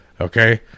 okay